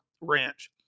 Ranch